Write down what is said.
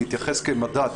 להתייחס כאל מדד,